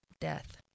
Death